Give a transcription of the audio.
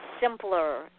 simpler